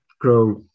grow